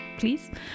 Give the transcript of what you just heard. please